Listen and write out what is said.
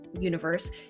universe